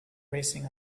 racing